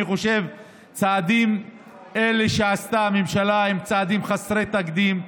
אני חושב שצעדים אלה שעשתה הממשלה הם צעדים חסרי תקדים,